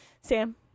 Sam